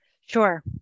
sure